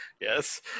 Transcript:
yes